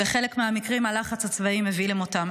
בחלק מהמקרים הלחץ הצבאי מביא למותם.